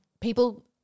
people –